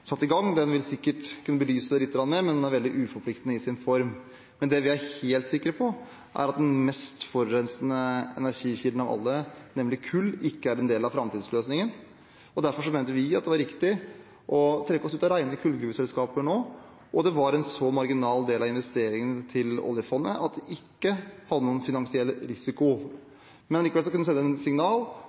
satt i gang, sikkert vil kunne belyse det lite grann. Men den er veldig uforpliktende i sin form. Det vi er helt sikre på, er at den mest forurensende energikilden av alle, nemlig kull, ikke er en del av framtidsløsningen. Derfor mente vi det var riktig å trekke seg ut av rene kullgruveselskaper nå. Det var en så marginal del av investeringene til Oljefondet at det ikke hadde noen finansiell risiko.